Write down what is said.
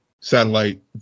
satellite